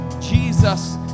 Jesus